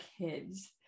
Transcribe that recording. kids